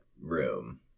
room